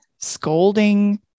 scolding